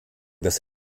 dass